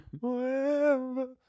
forever